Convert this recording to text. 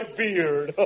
beard